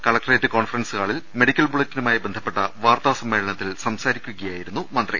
collectorate conference ഹാളിൽ medical ബുള്ളറ്റിനുമായി ബന്ധപ്പെട്ട വാർത്താ സമ്മേളനത്തിൽ സംസാ രിക്കുകയായിരുന്നു മന്ത്രി